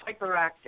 hyperactive